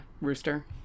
Rooster